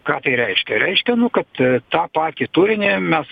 ką reiškia reiškia nu kad tą patį turinį mes